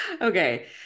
Okay